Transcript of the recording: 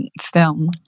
film